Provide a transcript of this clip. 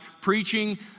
preaching